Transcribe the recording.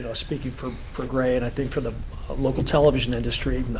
ah speaking for for gray and i think for the local television industry.